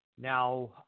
Now